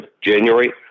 January